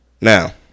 Now